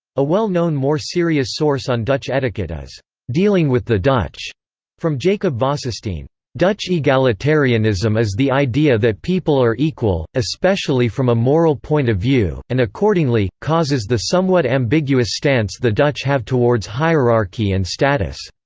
a well known more serious source on dutch etiquette is dealing with the dutch from jacob vossestein dutch egalitarianism is the idea that people are equal, especially from a moral point of view, and accordingly, causes the somewhat ambiguous stance the dutch have towards hierarchy and status.